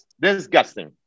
Disgusting